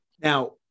Now